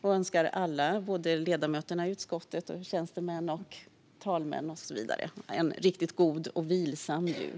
Jag önskar alla - ledamöterna i utskottet, tjänstemännen, talmännen och så vidare - en riktigt god och vilsam jul.